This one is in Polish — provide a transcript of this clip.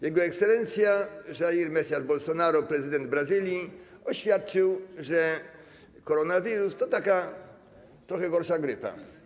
Jego ekscelencja Jair Bolsonaro, prezydent Brazylii, oświadczył, że koronawirus to taka trochę gorsza grypa.